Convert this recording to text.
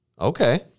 Okay